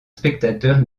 spectateur